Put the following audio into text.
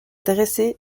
dressée